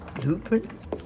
Blueprints